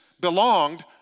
belonged